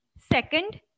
Second